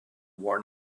worn